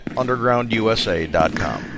undergroundusa.com